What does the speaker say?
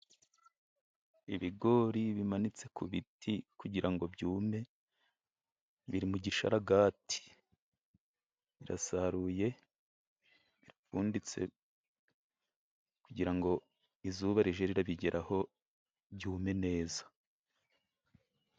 Ibigori bimanitse ku biti kugira ngo byume, biri mu gisharagati birasaruye birapfunditse, kugira ngo izuba rijye ribigereho byume neza.